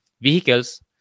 vehicles